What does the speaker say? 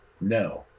No